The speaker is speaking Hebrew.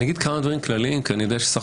אני אומר כמה דברים כלליים כי אני יודע שבסך